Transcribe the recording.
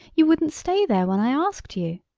you wouldn't stay there when i asked you.